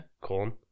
Corn